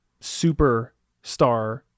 superstar